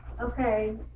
okay